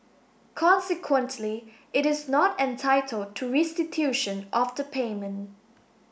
consequently it is not entitled to restitution of the payment